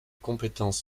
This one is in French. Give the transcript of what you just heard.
compétences